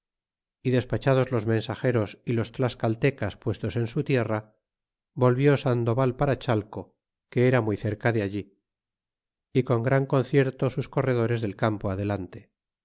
y despachados los mensageros y os tlascaltecas puestos en su tierra volvió sandoval para chateo que era muy cerca de allí y con gran concierto sus corredores del campo adelante